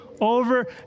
over